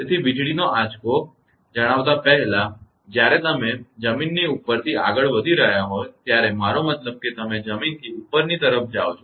તેથી વીજળીનો આંચકો જણાવતાં પહેલા કે જ્યારે તમે જમીનની ઉપરથી આગળ વધી રહ્યા હો ત્યારે મારો મતલબ કે જ્યારે તમે જમીનથી ઉપરની તરફ જાવ છો